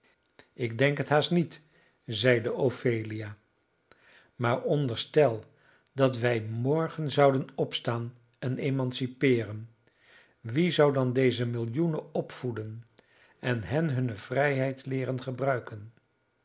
ik denk het haast niet zeide ophelia maar onderstel dat wij morgen zouden opstaan en emancipeeren wie zou dan deze millioenen opvoeden en hen hunne vrijheid leeren gebruiken